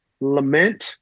lament